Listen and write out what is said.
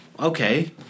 okay